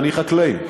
אני חקלאי.